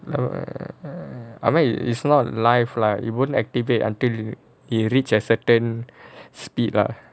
oh well I mean it's not life lah you won't activate until you you reach a certain speed lah